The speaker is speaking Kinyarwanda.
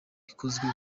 ikozwe